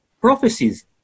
prophecies